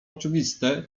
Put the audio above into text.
oczywiste